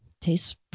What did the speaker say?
Tastes